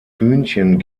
hühnchen